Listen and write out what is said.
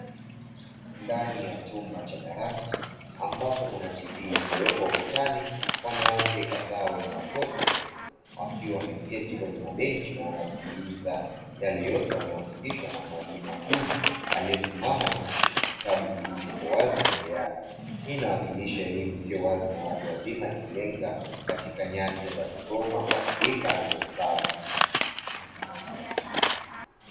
Ndani ya chumba cha darasa, ambapo kuna TV imewekwa ukutani wanawake kadhaa wenye watoto wakiwa wameketi kwenye mabenchi na wanasikiliza yale yote wanayofundishwa na mwalimu wa kiume aliyesimama na kushika kitabu kilichopo wazi mbele yao, hii inaashiria elimu isiyo rasmi ya watu wazima ikilenga katika nyanja za kusoma, kuandika na kuhesabu.